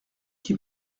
qui